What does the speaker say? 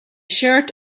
shirt